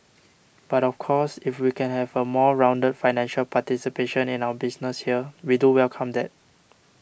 but of course if we can have a more rounded financial participation in our business here we do welcome that